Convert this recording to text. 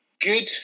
good